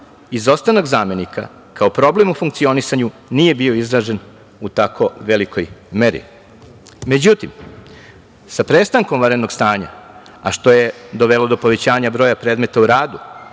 izostanak zamenika kao problem u funkcionisanju nije bio izražen u tako velikoj meri. Međutim, sa prestanom vanrednog stanja, a što je dovelo do povećanja broja predmeta u radu,